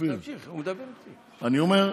אני אומר,